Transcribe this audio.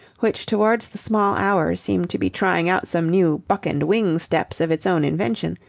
which towards the small hours seemed to be trying out some new buck-and-wing steps of its own invention,